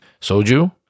soju